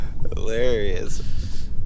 Hilarious